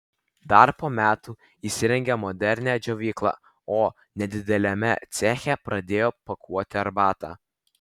dar po metų įsirengė modernią džiovyklą o nedideliame ceche pradėjo pakuoti arbatą